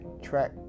track